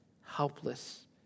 helpless